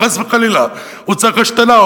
או חס וחלילה הוא צריך השתלה,